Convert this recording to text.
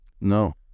No